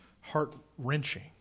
heart-wrenching